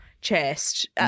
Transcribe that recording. chest